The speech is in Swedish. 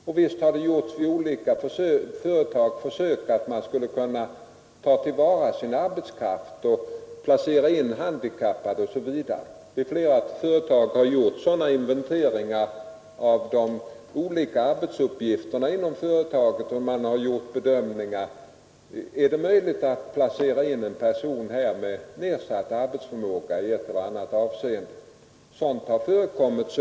Och visst har det vid olika företag gjorts försök att ta till vara arbetskraften, att placera in handikappade i verksamheten osv. Flera företag hade gjort inventeringar av de olika arbetsuppgifterna inom företagen och bedömningar av om det var möjligt att placera in personer med i ett eller annat avseende nedsatt arbetsförmåga.